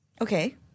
Okay